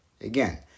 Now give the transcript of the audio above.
Again